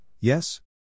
yes